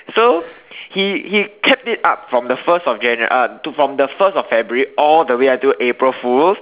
so he he kept it up from the first of January uh to from the first of February all the way until April fools